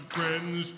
Friends